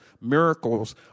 Miracles